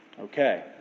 Okay